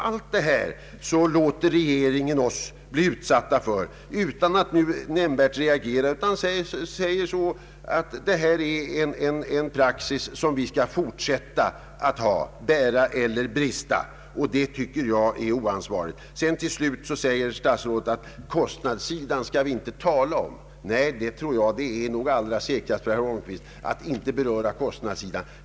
Allt detta låter regeringen oss bli utsatta för utan att nämnvärt reagera. Den säger bara att man bygger på en praxis som vi skall fortsätta att ha — det må bära eller brista — och det tycker jag är oansvarigt. Till sist säger statsrådet att ”kostnadssidan skall vi inte tala om”. Nej, det tror jag, det är nog allra säkrast för herr Holmqvist att inte beröra kostnadssidan.